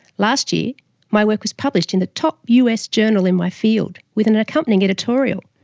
last year my work was published in the top us journal in my field with an an accompanying editorial.